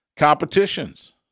competitions